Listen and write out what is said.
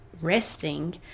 resting